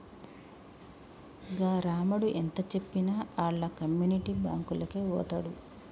గా రామడు ఎంతజెప్పినా ఆళ్ల కమ్యునిటీ బాంకులకే వోతడు